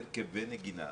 הרכבי נגינה,